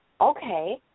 okay